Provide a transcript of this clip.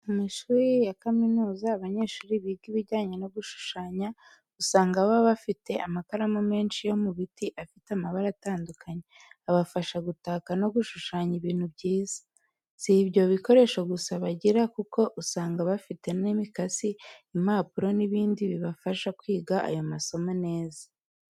Mu mashuri ya kaminuza, abanyeshuri biga ibijyanye no gushushanya, usanga baba bafite amakaramu menshi yo mu biti, afite amabara atandukanye, abafasha gutaka no gushushanya ibintu byiza. Si ibyo bikoresho gusa bagira, kuko usanga bafite n’imakasi, impapuro n’ibindi bibafasha kwiga ayo masomo neza.